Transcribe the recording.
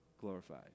Glorified